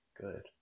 good